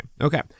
Okay